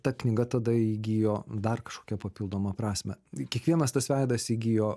ta knyga tada įgijo dar kažkokią papildomą prasmę kiekvienas tas veidas įgijo